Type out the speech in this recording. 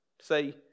Say